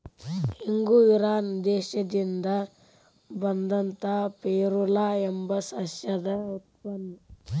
ಇಂಗು ಇರಾನ್ ದೇಶದಿಂದ ಬಂದಂತಾ ಫೆರುಲಾ ಎಂಬ ಸಸ್ಯದ ಉತ್ಪನ್ನ